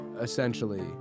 essentially